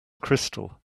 crystal